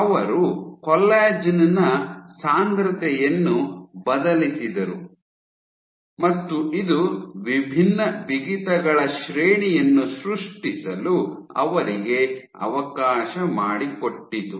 ಅವರು ಕೊಲ್ಲಾಜೆನ್ ನ ಸಾಂದ್ರತೆಯನ್ನು ಬದಲಿಸಿದರು ಮತ್ತು ಇದು ವಿಭಿನ್ನ ಬಿಗಿತಗಳ ಶ್ರೇಣಿಯನ್ನು ಸೃಷ್ಟಿಸಲು ಅವರಿಗೆ ಅವಕಾಶ ಮಾಡಿಕೊಟ್ಟಿತು